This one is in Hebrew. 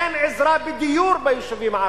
אין עזרה בדיור ביישובים הערביים.